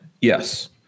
Yes